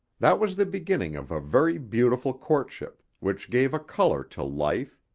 that was the beginning of a very beautiful courtship, which gave a colour to life,